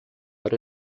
but